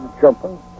jumping